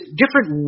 different